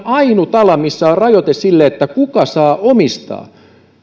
on ainut ala missä on rajoite sille kuka saa omistaa